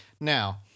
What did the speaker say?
Now